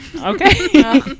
okay